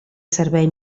servei